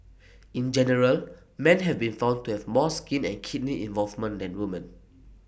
in general man have been found to have more skin and kidney involvement than woman